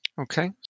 Okay